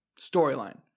storyline